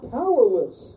powerless